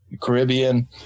caribbean